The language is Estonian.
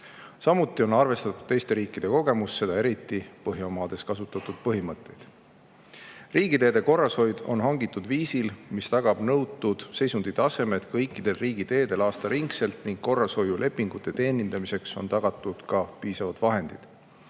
Samuti on arvestatud teiste riikide kogemust, eriti Põhjamaades kasutatud põhimõtteid. Riigiteede korrashoid on hangitud viisil, mis tagab nõutud seisunditaseme kõikidel riigiteedel aastaringselt, ning korrashoiulepingute teenindamiseks on tagatud ka piisavalt vahendeid.